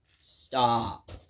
Stop